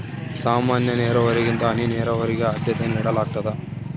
ಸಾಮಾನ್ಯ ನೇರಾವರಿಗಿಂತ ಹನಿ ನೇರಾವರಿಗೆ ಆದ್ಯತೆ ನೇಡಲಾಗ್ತದ